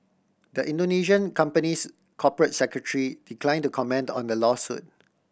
the Indonesian company's corporate secretary decline to comment on the lawsuit